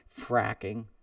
fracking